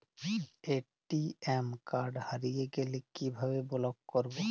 ATM card হারিয়ে গেলে কিভাবে ব্লক করবো?